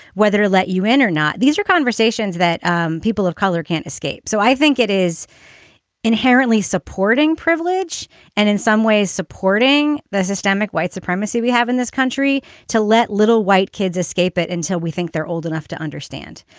whether let you in or not. these are conversations that people of color can't escape. so i think it is inherently supporting privilege and. some ways supporting the systemic white supremacy we have in this country to let little white kids escape it until we think they're old enough to understand.